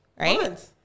Right